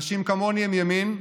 אנשים כמוני הם ימין,